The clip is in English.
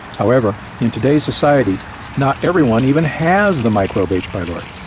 however, in today's society not everyone even has the microbe h. pylori.